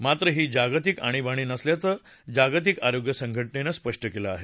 मात्र ही जागतिक आणीबाणी नसल्याचं जागतिक आरोग्य संघटनेनं म्हटलं आहे